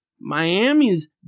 Miami's